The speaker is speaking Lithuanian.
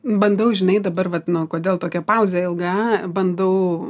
bandau žinai dabar vat no kodėl tokia pauzė ilga bandau